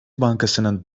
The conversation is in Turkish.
bankasının